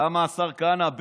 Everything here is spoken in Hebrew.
למה, השר כהנא?